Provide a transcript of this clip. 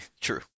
True